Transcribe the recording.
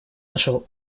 нашего